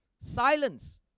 silence